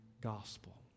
gospel